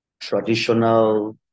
traditional